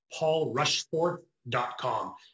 paulrushforth.com